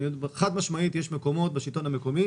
חד משמעית יש מקומות בשלטון המקומי